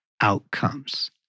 outcomes